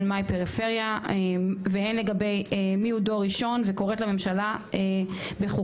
מה היא פריפריה והן לגבי מי הוא דור ראשון וקוראת לממשלה בחוקיה